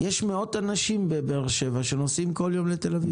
יש מאות אנשים בבאר שבע שנוסעים כל יום לתל אביב.